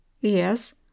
Yes